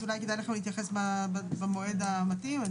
אז אולי כדאי להתייחס במועד המתאים.